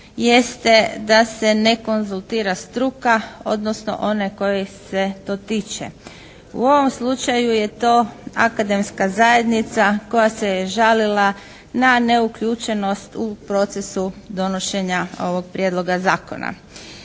jeste da se ne konzultira struka odnosno one kojih se to tiče. U ovom slučaju je to akademska zajednica koja se je žalila na neuključenost u procesu donošenja ovoga Prijedloga zakona.